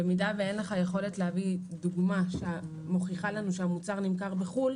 במידה שאין לך יכולת להביא דוגמה שמוכיחה לנו שהמוצר נמכר בחו"ל,